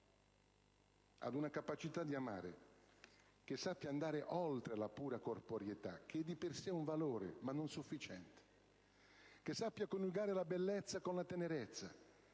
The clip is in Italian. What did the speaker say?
ad una capacità di amare che sappia andare oltre la pura corporeità (che è di per sé un valore, ma non sufficiente), che sappia coniugare la bellezza con la tenerezza,